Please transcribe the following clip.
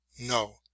No